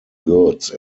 goods